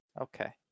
Okay